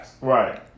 Right